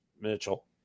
Mitchell